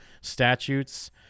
statutes